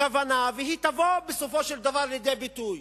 הכוונה, והיא תבוא בסופו של דבר לידי ביטוי,